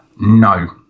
No